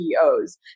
CEOs